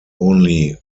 only